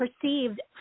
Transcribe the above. perceived